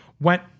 went